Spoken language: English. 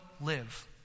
live